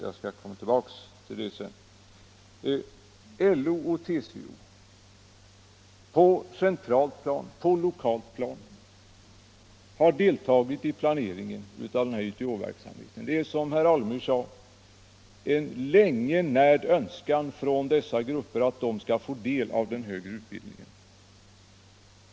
Jag skall återkomma till den saken. LO och TCO har — på centralt plan och på lokalt plan — deltagit i planeringen av YTH-verksamheten. Det är, som herr Alemyr sade, en länge närd önskan från deras medlemmar att få del av den högre utbildningen.